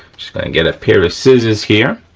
just gonna get a pair of scissors here.